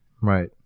Right